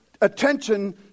attention